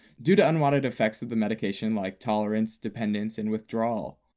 due to unwanted effects of the medications like tolerance, dependence, and withdrawal.